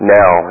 now